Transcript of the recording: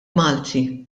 malti